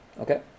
Okay